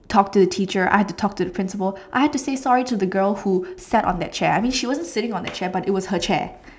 talk to teacher I had to talk to the principal I had to say sorry to the girl who sat on that chair I mean she wasn't sitting on that chair but it was her chair